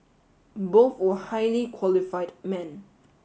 both were highly qualified men